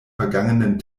vergangenen